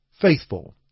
faithful